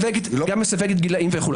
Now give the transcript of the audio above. מסווגת גילאים וכו'.